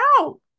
out